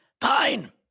fine